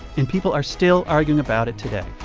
and people are still arguing about it today